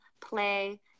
play